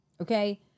Okay